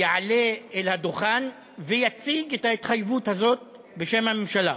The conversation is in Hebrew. אל הדוכן ויציג את ההתחייבות הזאת בשם הממשלה,